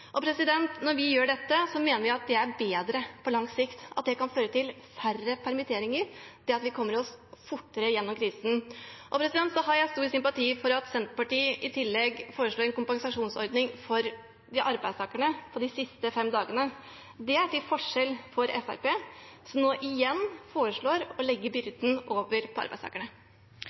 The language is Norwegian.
Når vi gjør dette, mener vi at det er bedre på lang sikt, at det kan føre til færre permitteringer, og at vi kommer oss fortere gjennom krisen. Jeg har stor sympati for at Senterpartiet i tillegg foreslår en kompensasjonsordning for arbeidstakerne for de siste fem dagene. Det er til forskjell fra Fremskrittspartiet, som igjen foreslår å legge byrden over på arbeidstakerne.